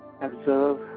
Observe